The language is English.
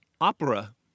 Opera